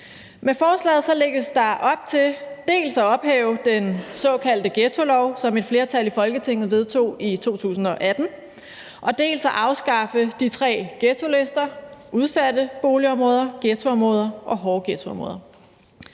Med forslaget lægges der dels op til at ophæve den såkaldte ghettolov, som et flertal i Folketinget vedtog i 2018, dels at afskaffe de tre ghettolister – udsatte boligområder, ghettoområder og hårde ghettoområder.